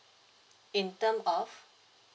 in term of